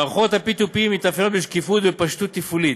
מערכות ה-P2P מתאפיינות בשקיפות ובפשטות תפעולית.